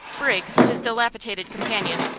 briggs, his dilapidated companion,